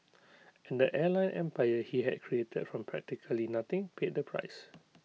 and the airline empire he had created from practically nothing paid the price